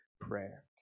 prayer